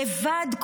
לבד,